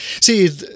see